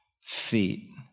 feet